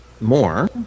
more